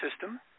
system